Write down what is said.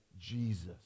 Jesus